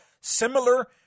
similar